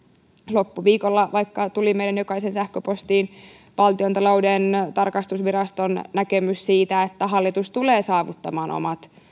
loppuviikolla tuli meidän jokaisen sähköpostiin valtiontalouden tarkastusviraston näkemys siitä että hallitus tulee saavuttamaan omat